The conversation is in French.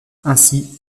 ainsi